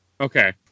Okay